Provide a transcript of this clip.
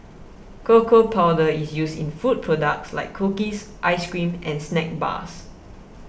cocoa powder is used in food products like cookies ice cream and snack bars